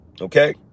Okay